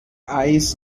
eyes